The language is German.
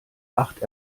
acht